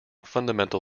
fundamental